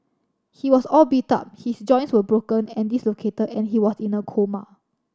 he was all beat up his joints were broken and dislocated and he was in a coma